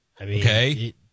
Okay